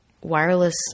wireless